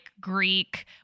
greek